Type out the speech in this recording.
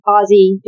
Ozzy